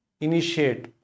initiate